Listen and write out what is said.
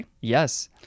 Yes